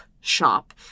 shop